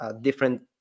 different